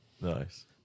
Nice